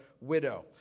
widow